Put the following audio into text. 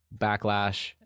backlash